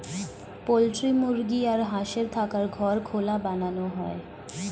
poultry মুরগি আর হাঁসের থাকার ঘর খোলা বানানো হয়